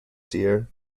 dear